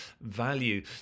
value